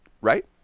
Right